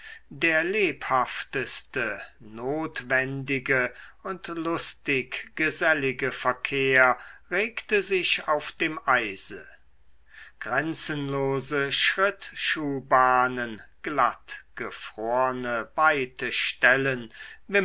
der lebhafteste notwendige und lustig gesellige verkehr regte sich auf dem eise grenzenlose schrittschuhbahnen glattgefrorne weite stellen